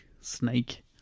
Snake